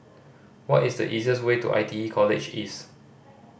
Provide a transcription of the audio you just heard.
what is the easiest way to I T E College East